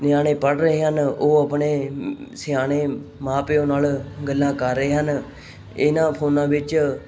ਨਿਆਣੇ ਪੜ੍ਹ ਰਹੇ ਹਨ ਉਹ ਆਪਣੇ ਸਿਆਣੇ ਮਾਂ ਪਿਓ ਨਾਲ ਗੱਲਾਂ ਕਰ ਰਹੇ ਹਨ ਇਹਨਾਂ ਫੋਨਾਂ ਵਿੱਚ